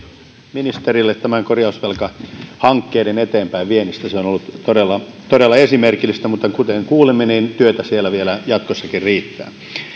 ministerille korjausvelkahankkeiden eteenpäinviennistä se on ollut todella todella esimerkillistä mutta kuten kuulimme työtä siellä vielä jatkossakin riittää